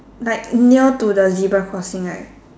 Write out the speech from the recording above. like near to the zebra crossing right